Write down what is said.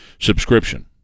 subscription